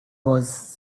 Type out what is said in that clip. was